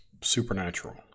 supernatural